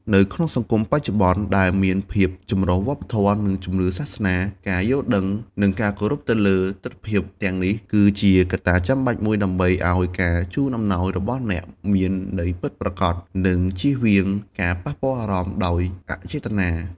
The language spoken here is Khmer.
នៅក្នុងសង្គមបច្ចុប្បន្នដែលមានភាពចម្រុះវប្បធម៌ និងជំនឿសាសនា ការយល់ដឹង និងការគោរពទៅលើទិដ្ឋភាពទាំងនេះ គឺជាកត្តាចាំបាច់មួយដើម្បីឲ្យការជូនអំណោយរបស់អ្នកមានន័យពិតប្រាកដ និងជៀសវាងការប៉ះពាល់អារម្មណ៍ដោយអចេតនា។